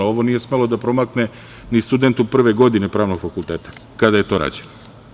Ovo nije smelo da promakne ni studentu prve godine pravnog fakulteta kada je to rađeno.